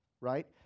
right